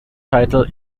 title